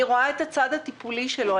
אני רואה את הצד הטיפולי שלו,